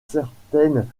certaines